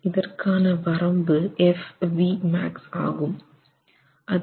இதற்கான வரம்பு F v max ஆகும் அதன் மதிப்பு 0